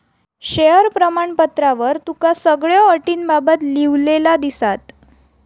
share प्रमाणपत्रावर तुका सगळ्यो अटींबाबत लिव्हलेला दिसात